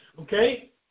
okay